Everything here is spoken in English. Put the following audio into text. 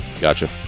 gotcha